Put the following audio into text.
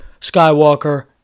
Skywalker